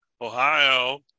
ohio